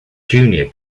junior